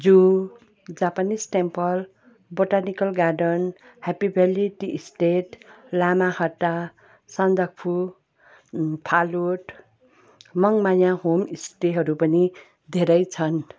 जू Japanese temple botanical garden Happy Valley tea estate Lamahatta Sandakphu Phalut मङमाया होमस्टेहरू पनि धैरे छन्